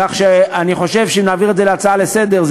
כך שאני חושב שנעביר את זה להצעה לסדר-היום,